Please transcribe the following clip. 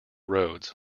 roads